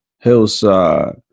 Hillside